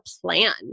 plan